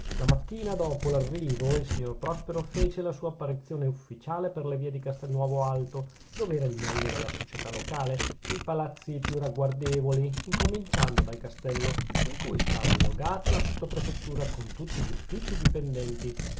la mattina dopo l'arrivo il signor prospero fece la sua apparizione ufficiale per le vie di castelnuovo alto dov'era il meglio della società locale coi palazzi più ragguardevoli incominciando dal castello in cui stava allogata la sottoprefettura con tutti gli uffici dipendenti